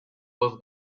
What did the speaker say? dos